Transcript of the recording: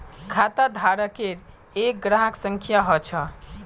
खाताधारकेर एक ग्राहक संख्या ह छ